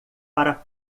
para